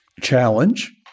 challenge